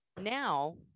now